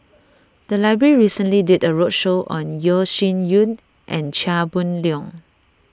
the library recently did a roadshow on Yeo Shih Yun and Chia Boon Leong